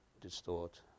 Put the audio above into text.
distort